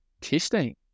testing